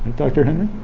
dr henry?